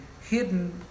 hidden